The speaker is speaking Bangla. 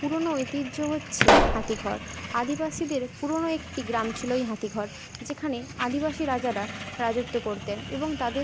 পুরনো ঐতিহ্য হচ্চে হাতিঘর আদিবাসীদের পুরনো একটি গ্রাম ছিল ওই হাতিঘর যেখানে আদিবাসী রাজারা রাজত্ব করতেন এবং তাদের